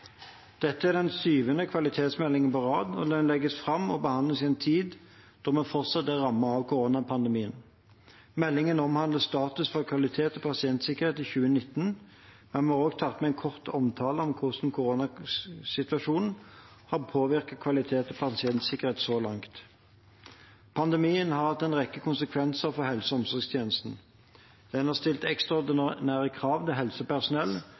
Dette er den syvende kvalitetsmeldingen på rad, og den legges fram og behandles i en tid der vi fortsatt er rammet av koronapandemien. Meldingen omhandler status for kvalitet og pasientsikkerhet i 2019. Der har vi også tatt med en kort omtale av hvordan koronasituasjonen har påvirket kvalitet og pasientsikkerhet så langt. Pandemien har hatt en rekke konsekvenser for helse- og omsorgstjenesten. Den har stilt ekstraordinære krav til helsepersonell